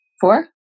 Four